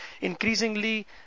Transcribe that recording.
increasingly